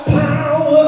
power